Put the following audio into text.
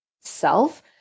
self